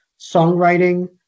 songwriting